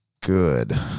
good